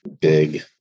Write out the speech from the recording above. big